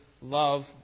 love